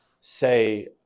say